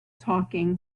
talking